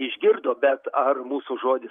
išgirdo bet ar mūsų žodis